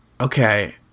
okay